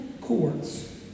courts